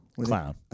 Clown